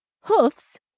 hoofs